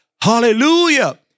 hallelujah